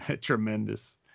tremendous